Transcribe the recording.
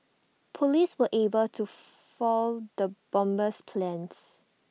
Police were able to foil the bomber's plans